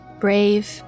brave